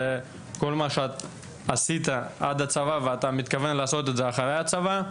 כל מה שעשית עד הצבא ואתה מתכוון לעשות את זה אחרי הצבא.